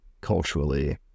culturally